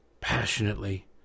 passionately